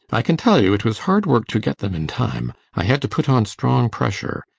i can tell you it was hard work to get them in time. i had to put on strong pressure.